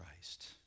Christ